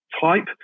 type